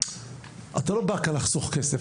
אתה לא בא לחסוך כסף.